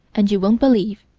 and you won't believe,